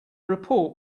report